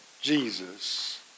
Jesus